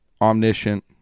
omniscient